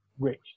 Rich